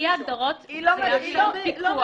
תסתכלי על 2(ב).